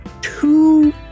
two